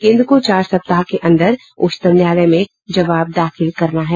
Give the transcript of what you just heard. केन्द्र को चार सप्ताह के अंदर उच्चतम न्यायालय में जवाब दाखिल करना है